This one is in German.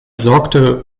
sorgte